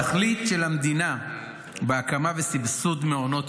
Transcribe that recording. התכלית של המדינה בהקמה ובסבסוד מעונות